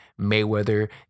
Mayweather